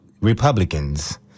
Republicans